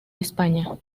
españa